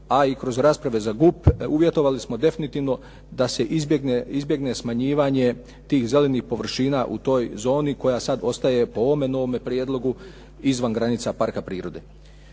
a i kroz rasprave za GUP uvjetovali smo definitivno da se izbjegne smanjivanje tih zelenih površina u toj zoni koja sada ostaje po ovome novome prijedlogu izvan granica parka prirode.